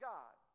God